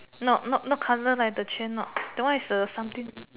not not colour like the train not that one is the something